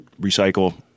recycle